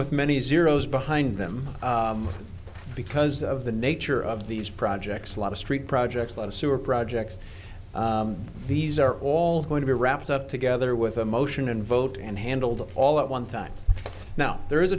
with many zeros behind them but because of the nature of these projects a lot of street projects a lot of sewer projects these are all going to be wrapped up together with a motion and vote and handled all at one time now there is